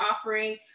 offering